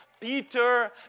Peter